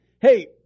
Hey